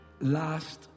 last